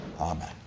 Amen